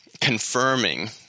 confirming